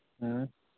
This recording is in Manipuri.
ꯎꯝ